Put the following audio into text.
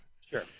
Sure